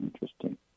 Interesting